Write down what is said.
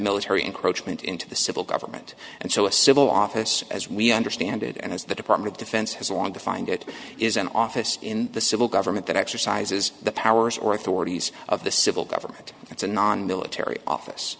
military encroachments into the civil government and so a civil office as we understand it and as the department of defense has long defined it is an office in the civil government that exercises the powers or authorities of the civil government it's a nonmilitary office